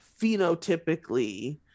phenotypically